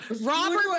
Robert